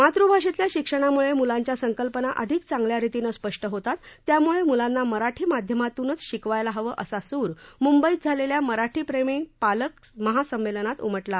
मातुभाषेतल्या शिक्षणामुळे मुलांच्या संकल्पना अधिक चांगल्या रितीनं स्पष्ट होतात त्यामुळे मुलांना मराठी माध्यमातूनच शिकवायला हवं असा सुर मुंबईत झालेल्या मराठीप्रेमी पालक महासंमेलनात उमटला